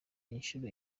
inshuro